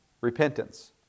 repentance